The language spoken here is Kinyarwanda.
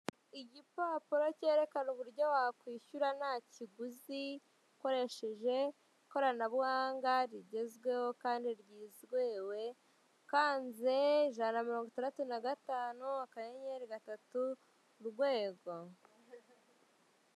Igipapuro cyerekana uburyo wakwishyura nta kiguzi, ukoresheje ikoranabuhanga rigezweho kandi ryizewe, ukanze ijana na mirongo itandatu na gatanu, akanyenyeri gatatu, urwego.